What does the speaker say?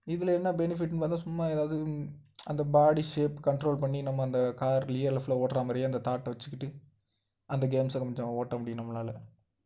இதில் என்ன பெனிஃபிட்டுன்னு பார்த்தா சும்மா ஏதாவது அந்த பாடி ஷேப் கண்ட்ரோல் பண்ணி நம்ம அந்த கார் ரியல் லைஃப்பில் ஓடுற மாதிரியே அந்த தாட் வச்சுக்கிட்டு அந்த கேம்ஸை கொஞ்சம் நம்ம ஓட்ட முடியும் நம்மளால்